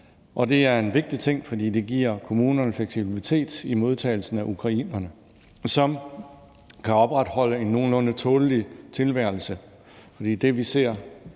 og det er en vigtig ting, fordi det giver kommunerne fleksibilitet i modtagelsen af ukrainerne, som kan opretholde en nogenlunde tålelig tilværelse. For det, vi ser